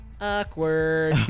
awkward